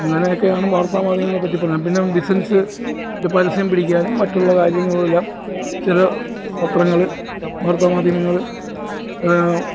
അങ്ങനെയൊക്കെയാണ് വാർത്താമാധ്യമങ്ങളെപ്പറ്റി പറയാൻ പിന്നെ ബിസിനസ്സിൻ്റെ പരസ്യം പിടിക്കാനും മറ്റുള്ള കാര്യങ്ങളെല്ലാം ചില പത്രങ്ങളിൽ വാർത്താമാധ്യമങ്ങൾ